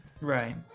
Right